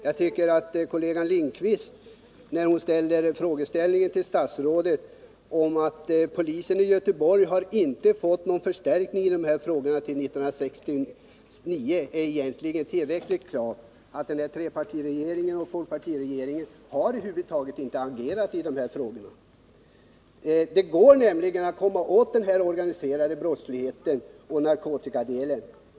Jag tycker egentligen att Inger Lindquists fråga till statsrådet med anledning av att polisen i Göteborg inte har fått någon förstärkning på detta område sedan 1969 är tillräckligt klarläggande — trepartiregeringen och folkpartiregeringen har över huvud taget inte agerat i dessa frågor. Det går nämligen att komma åt den organiserade brottsligheten inom narkotikaområdet.